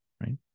right